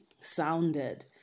sounded